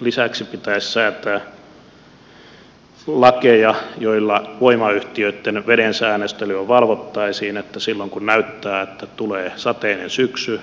lisäksi pitäisi säätää lakeja joilla voimayhtiöitten vedensäännöstelyä valvottaisiin niin että silloin kun näyttää että tulee sateinen syksy